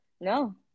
no